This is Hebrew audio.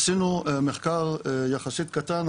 עשינו מחקר יחסית קטן,